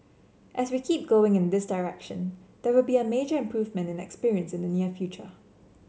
as we keep going in this direction there will be a major improvement in experience in the near future